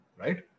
Right